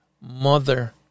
mother